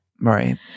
Right